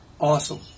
Awesome